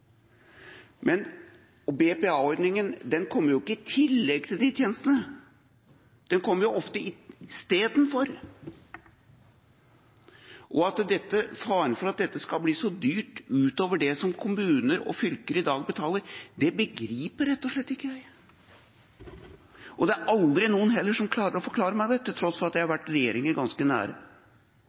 Men BPA-ordninga kommer jo ikke i tillegg til de tjenestene – den kommer ofte istedenfor. Faren for at dette skal bli så dyrt, utover det som kommuner og fylker i dag betaler, begriper jeg rett og slett ikke. Det er heller ingen som klarer å forklare meg det, til tross for at jeg har vært regjeringa ganske nær.